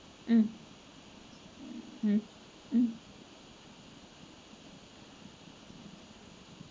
um um um